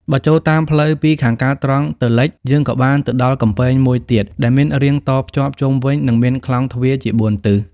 បើចូលតាមផ្លូវពីខាងកើតត្រង់ទៅលិចយើងក៏បានទៅដល់កំពែងមួយទៀត ដែលមានរាងតភ្ជាប់ជុំវិញ និងមានខ្លោងទ្វារជាបួនទិស ។